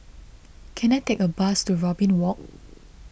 can I take a bus to Robin Walk